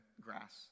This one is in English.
grass